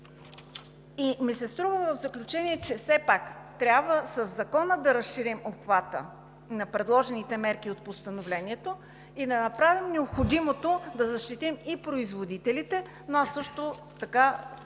И ми се струва, в заключение, че все пак трябва със Закона да разширим обхвата на предложените мерки от Постановлението и да направим необходимото да защитим и производителите, но аз също така